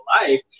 life